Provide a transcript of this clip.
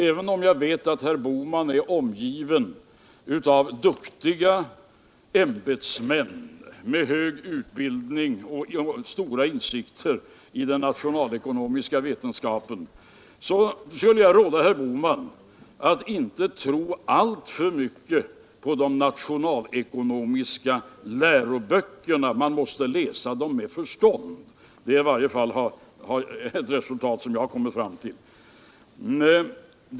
Även om jag vet att herr Bohman är omgiven av duktiga ämbetsmän med hög utbildning och stora insikter i den nationalekonomiska vetenskapen skulle jag råda herr Bohman att inte tro alltför mycket på de nationalekonomiska läroböckerna. Man måste läsa dem med förstånd — det är i alla fall ett resultat som jag har kommit fram till.